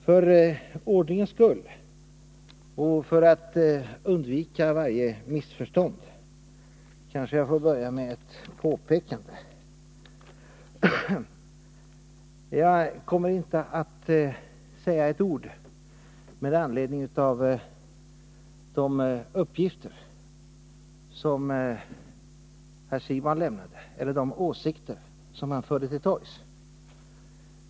Herr talman! För ordningens skull och för att undvika varje missförstånd får jag kanske börja med ett påpekande. Jag kommer inte att säga ett ord med anledning av de uppgifter herr Siegbahn lämnade eller de åsikter som han förde till torgs.